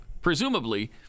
Presumably